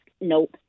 Nope